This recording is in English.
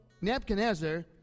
Nebuchadnezzar